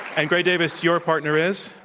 and gray davis, your partner is?